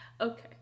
Okay